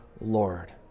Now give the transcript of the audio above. Lord